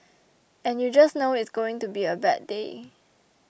and you just know it's going to be a bad day